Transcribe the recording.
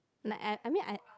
like I I mean I